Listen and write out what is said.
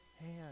hand